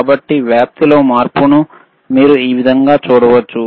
కాబట్టి వ్యాప్తిలో మార్పును మీరు ఈ విధంగా చూడవచ్చు